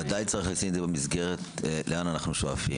ודאי צריך לשים את זה במסגרת, לאן אנו שואפים.